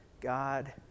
God